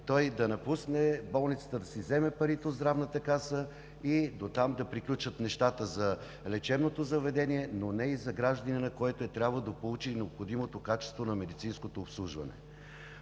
да напусне болницата, да си вземе парите от Здравната каса и дотам да приключат нещата за лечебното заведение, но не и за гражданина, който е трябвало да получи необходимото качество на медицинското обслужване.